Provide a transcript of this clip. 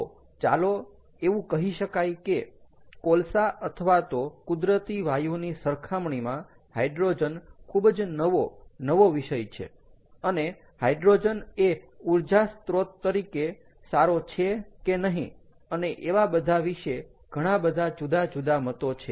તો ચાલો એવું કહી શકાય કે કોલસા અથવા તો કુદરતી વાયુની સરખામણીમાં હાઈડ્રોજન ખૂબ જ નવો નવો વિષય છે અને હાઈડ્રોજન એ ઊર્જા સ્ત્રોત તરીકે સારો છે કે નહીં અને એવા બધા વિષે ઘણા બધા જુદા જુદા મતો છે